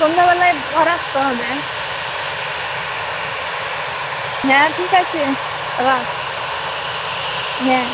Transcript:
সন্ধ্যাবেলায় ঘর আসতে হবে হ্যাঁ ঠিক আছে রাখ হ্যাঁ